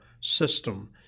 system